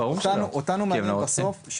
אותנו מעניין דבר אחד בסוף,